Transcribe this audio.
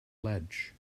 ledge